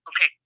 Okay